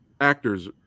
Actors